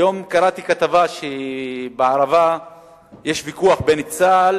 היום קראתי כתבה שבערבה יש ויכוח עם צה"ל